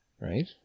Right